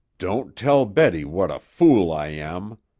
don't tell betty what a fool i am.